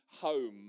home